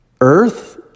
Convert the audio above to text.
Earth